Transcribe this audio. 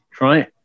Right